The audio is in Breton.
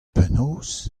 penaos